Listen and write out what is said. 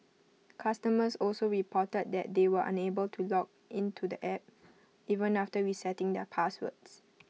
customers also reported that they were unable to log in to the app even after resetting their passwords